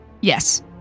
Yes